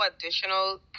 additional